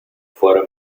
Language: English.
for